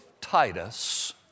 Titus